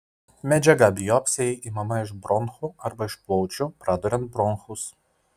medžiaga biopsijai imama iš bronchų arba iš plaučių praduriant bronchus